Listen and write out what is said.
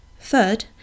third